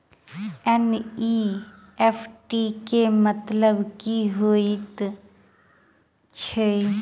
NEFT केँ मतलब की हएत छै?